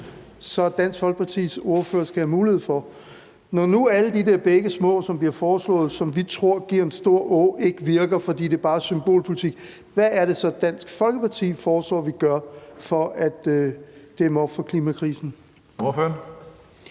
at Dansk Folkepartis ordfører skal have mulighed for. Når nu alle de der bække små, som bliver foreslået, og som vi tror giver en stor å, ikke virker, fordi det bare er symbolpolitik, hvad er det så, Dansk Folkeparti foreslår vi gør for at dæmme op for klimakrisen? Kl.